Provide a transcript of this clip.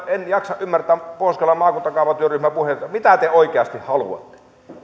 en jaksa ymmärtää pohjois karjalan maakuntakaavatyöryhmän puheita mitä te oikeasti haluatte